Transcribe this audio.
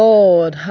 Lord